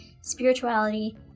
spirituality